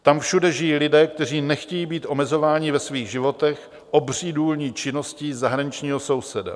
Tam všude žijí lidé, kteří nechtějí být omezováni ve svých životech obří důlní činností zahraničního souseda.